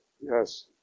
Yes